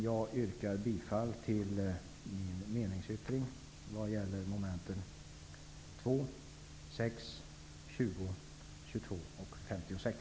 Jag yrkar bifall till min meningsyttring i momenten 2, 6, 20, 22 och 56.